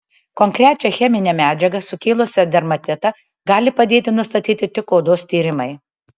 konkrečią cheminę medžiagą sukėlusią dermatitą gali padėti nustatyti tik odos tyrimai